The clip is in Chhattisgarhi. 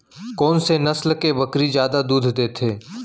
कोन से नस्ल के बकरी जादा दूध देथे